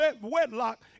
wedlock